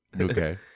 Okay